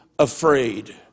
Afraid